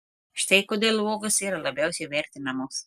štai kodėl uogos yra labiausiai vertinamos